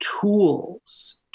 tools—